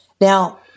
Now